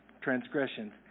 transgressions